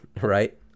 right